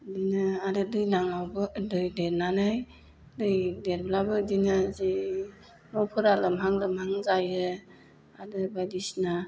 बिदिनो आरो दैलांआवबो दै देरनानै दै देरब्लाबो इदिनो जि न'फोरा लोमहां लोमहां जायो आरो बायदिसिना